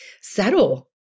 settle